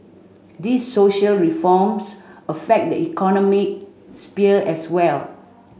these social reforms affect the economic sphere as well